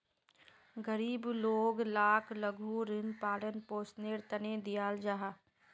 गरीब लोग लाक लघु ऋण पालन पोषनेर तने दियाल जाहा